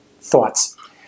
thoughts